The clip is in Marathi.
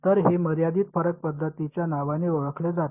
तर हे मर्यादित फरक पद्धतींच्या नावाने ओळखले जाते